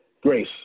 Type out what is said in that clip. Grace